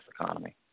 economy